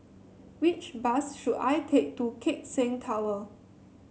which bus should I take to Keck Seng Tower